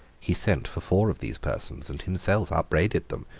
he sent for four of these persons, and himself upbraided them.